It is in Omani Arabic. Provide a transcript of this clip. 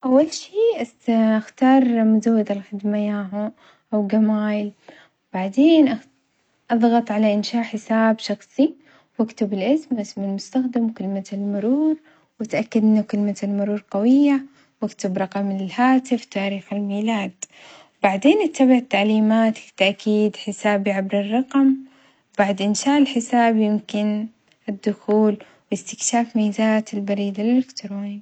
أول شي أس-أختار مزود الخدمة ياهو أوجيميل بعدين أخ- أظغط على إنشاء حساب شخصي وأكتب الاسم اسم المستخدم وكلمة المرور وأتأكد أنه كلمة المرور قوية وأكتب رقم الهاتف وتاريخ الميلاد، وبعدين أتبع التعليمات كتأكيد حسابي عبر الرقم وبعدين إنشاء حسابي يمكن الدخول واستكشاف ميزات البريد الالكتروني.